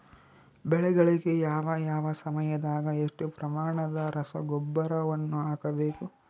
ಬೆಳೆಗಳಿಗೆ ಯಾವ ಯಾವ ಸಮಯದಾಗ ಎಷ್ಟು ಪ್ರಮಾಣದ ರಸಗೊಬ್ಬರವನ್ನು ಹಾಕಬೇಕು?